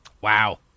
Wow